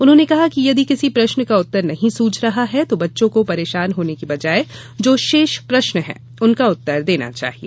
उन्होंने कहा कि यदि किसी प्रश्न का उत्तर नहीं सूझ रहा हो तो बच्चों को परेशान होने की बजाए जो शेष प्रश्न हैं उनका उत्तर देना चाहिए